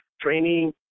training